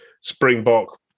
Springbok